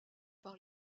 par